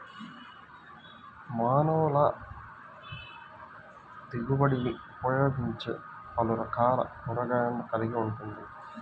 మానవులకుదిగుబడినిఉపయోగించేపలురకాల కూరగాయలను కలిగి ఉంటుంది